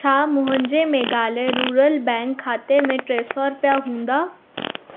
छा मुंहिंजे Meghalaya rural bank खाते में टे सौ रुपया हूंदा